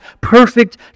perfect